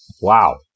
Wow